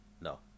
No